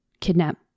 kidnap